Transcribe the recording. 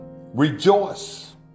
rejoice